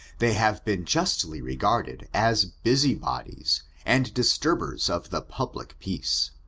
they have been justly regarded as busy-bodies, and disturbers of the public peace.